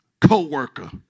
co-worker